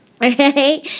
Right